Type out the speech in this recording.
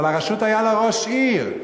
אבל לרשות היה ראש עיר.